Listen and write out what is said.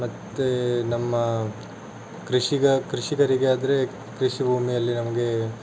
ಮತ್ತು ನಮ್ಮ ಕೃಷಿಗ ಕೃಷಿಕರಿಗಾದರೆ ಕೃಷಿ ಭೂಮಿಯಲ್ಲಿ ನಮಗೆ